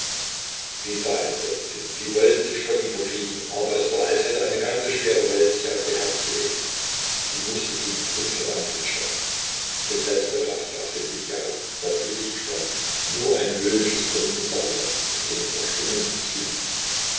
sie sah entsetzt hin sie wollte sich vor ihm verkriechen aber es war als hätte eine ganze schwere welt sich auf ihr herz gelegt sie mußte ihn unverwandt anstarren mit letzter kraft raffte sie sich auf das gesicht schwand nur ein höhnisches grinsen sah sie noch in den verschwimmenden zügen